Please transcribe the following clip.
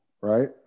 right